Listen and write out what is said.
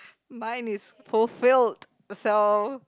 mine is fulfilled so